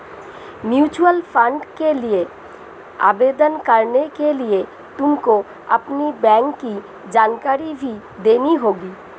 mutual fund के लिए आवेदन करने के लिए तुमको अपनी बैंक की जानकारी भी देनी होगी